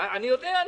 אני יודע,